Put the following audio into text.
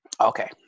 okay